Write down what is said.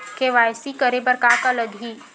KYC करे बर का का लगही?